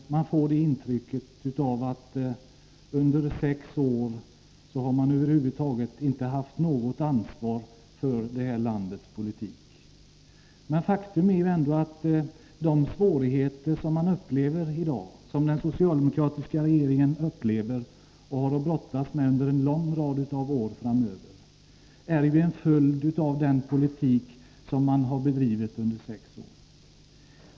Man får intrycket att de under sex år över huvud taget inte haft något ansvar för landets politik. Men faktum är att de svårigheter som den socialdemokratiska regeringen upplever och har att brottas med under en lång rad av år framöver är en följd av den politik som bedrivits under sex borgerliga år.